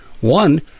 One